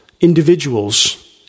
individuals